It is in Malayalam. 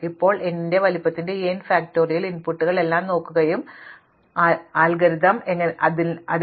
ഇപ്പോൾ n വലുപ്പത്തിന്റെ ഈ n ഫാക്റ്റോറിയൽ ഇൻപുട്ടുകൾ എല്ലാം നോക്കുകയും ഞങ്ങളുടെ അൽഗോരിതം എങ്ങനെ പ്രവർത്തിക്കുന്നുവെന്ന് നോക്കുകയും ചെയ്യുന്നു